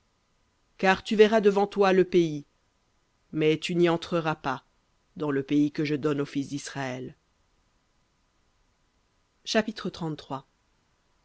car tu verras devant toi le pays mais tu n'y entreras pas dans le pays que je donne aux fils d'israël